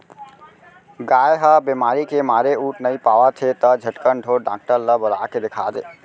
गाय ह बेमारी के मारे उठ नइ पावत हे त झटकन ढोर डॉक्टर ल बला के देखा दे